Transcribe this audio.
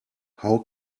how